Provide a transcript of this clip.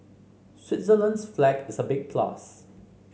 Switzerland's flag is a big plus